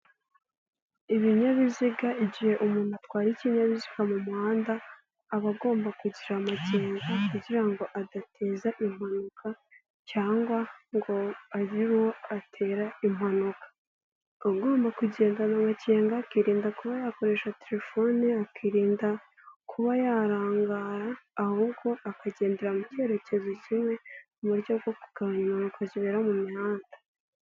Ibinyabiziga igihe umuntu atwaye ikinyabiziga mu muhanda, aba agomba kugira amakenga kugira ngo adateza impanuka cyangwa ngo agire uwo atera impanuka. Aba agomba kugendana amakenga, akirinda kuba yakoresha telefone, akirinda kuba yarangara, ahubwo akagendera mu cyerekezo kimwe, mu buryo bwo kugabanya impanuka zibera mu mihanda.